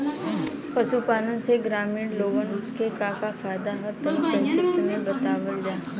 पशुपालन से ग्रामीण लोगन के का का फायदा ह तनि संक्षिप्त में बतावल जा?